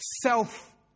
self